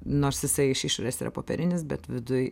nors jisai iš išorės yra popierinis bet viduj